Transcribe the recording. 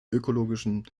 ökologischen